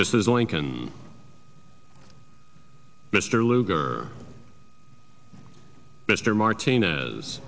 mrs lincoln mr lugar mr martinez